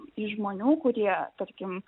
iš žmonių kurie tarkim